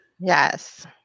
Yes